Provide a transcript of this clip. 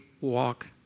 walk